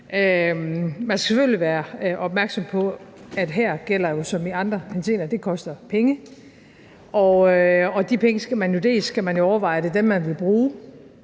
Man skal selvfølgelig være opmærksom på, at her gælder jo som i andre henseender, at det koster penge, og man skal jo dels overveje, om det er dem, man vil bruge,